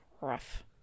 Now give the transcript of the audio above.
rough